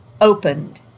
opened